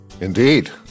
Indeed